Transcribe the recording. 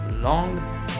long